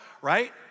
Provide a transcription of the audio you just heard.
right